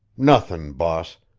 nothin', boss,